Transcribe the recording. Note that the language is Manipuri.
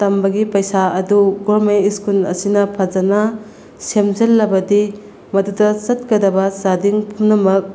ꯇꯝꯕꯒꯤ ꯄꯩꯁꯥ ꯑꯗꯨ ꯒꯣꯔꯃꯦꯟ ꯁ꯭ꯀꯨꯜ ꯑꯁꯤꯅ ꯐꯖꯅ ꯁꯦꯝꯖꯤꯜꯂꯕꯗꯤ ꯃꯗꯨꯗ ꯆꯠꯀꯗꯕ ꯆꯥꯗꯤꯡ ꯄꯨꯝꯅꯃꯛ